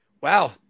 wow